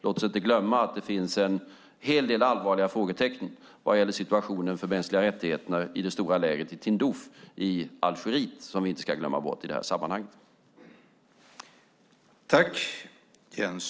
Låt oss inte glömma att det finns en hel del allvarliga frågetecken vad gäller situationen för de mänskliga rättigheterna i det stora lägret i Tindouf i Algeriet.